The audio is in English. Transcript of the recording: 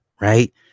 right